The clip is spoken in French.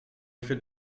effet